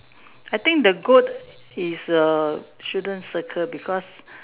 I think the goat is a shouldn't circle because